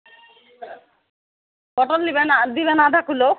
পটল নিবেন দিবেন আধা কিলো